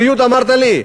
בריאות אמרת לי?